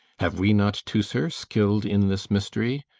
have we not teucer, skilled in this mystery?